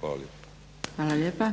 Hvala lijepo.